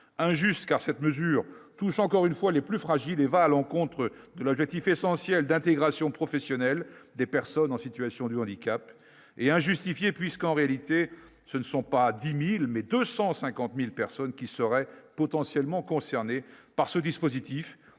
injuste car cette mesure touche encore une fois, les plus fragiles et va à l'encontre de l'objectif essentiel d'intégration professionnelle des personnes en situation du handicap et injustifiée, puisqu'en réalité, ce ne sont pas 10000 mais 250000 personnes qui seraient potentiellement concernés par ce dispositif,